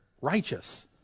righteous